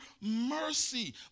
mercy